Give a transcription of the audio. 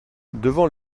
devant